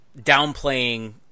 downplaying